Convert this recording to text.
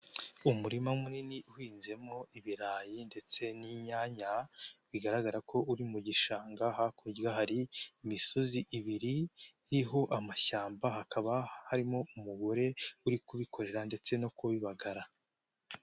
Umurima munini uhinzemo ibirayi ndetse n'inyanya, bigaragara ko uri mu gishanga hakurya hari imisozi ibiri iriho amashyamba hakaba harimo umugore uri kubikorera ndetse no kubibagara.